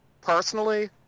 Personally